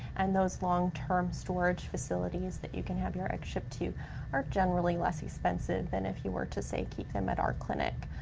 and those long-term storage facilities that you can have your eggs shipped to are generally less expensive than if you were to, say, keep them at our clinic.